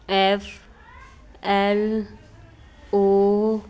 F L O